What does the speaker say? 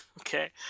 okay